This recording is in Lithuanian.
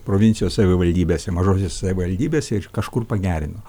provincijos savivaldybėse mažose savivaldybėse ir kažkur pagerino